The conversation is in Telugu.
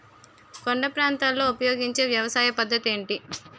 కొండ ప్రాంతాల్లో ఉపయోగించే వ్యవసాయ పద్ధతి ఏంటి?